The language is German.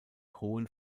hohen